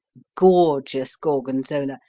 gorgeous gorgonzola,